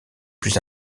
plus